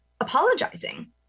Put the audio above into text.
apologizing